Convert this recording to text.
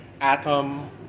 Atom